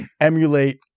emulate